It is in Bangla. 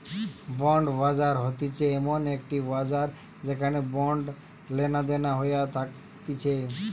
বন্ড বাজার হতিছে এমন একটি বাজার যেখানে বন্ড লেনাদেনা হইয়া থাকতিছে